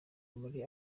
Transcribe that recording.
muri